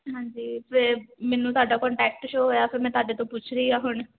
ਹਾਂਜੀ ਅਤੇ ਮੈਨੂੰ ਤੁਹਾਡਾ ਕੰਟੈਕਟ ਸ਼ੋ ਹੋਇਆ ਫਿਰ ਮੈਂ ਤੁਹਾਡੇ ਤੋਂ ਪੁੱਛ ਰਹੀ ਹਾਂ ਹੁਣ